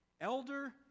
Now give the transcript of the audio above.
elder